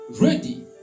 ready